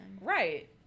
Right